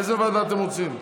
איזו ועדה אתם רוצים?